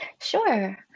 Sure